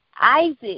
Isaac